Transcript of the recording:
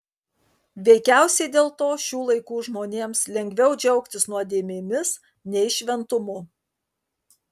veikiausiai dėl to šių laikų žmonėms lengviau džiaugtis nuodėmėmis nei šventumu